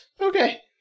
Okay